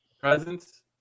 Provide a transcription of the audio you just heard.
presence